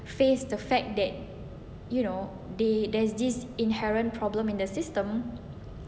face the fact that you know the there's this inherent problem in the system